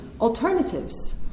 alternatives